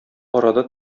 арада